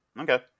Okay